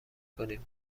کنیم